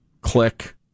click